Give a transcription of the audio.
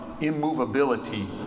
immovability